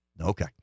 Okay